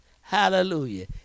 Hallelujah